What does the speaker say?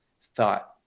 thought